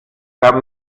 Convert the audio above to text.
gab